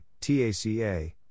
TACA